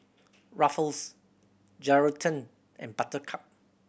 Ruffles Geraldton and Buttercup